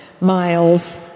miles